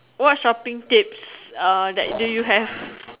what shopping tips uh that do you have